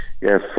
Yes